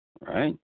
right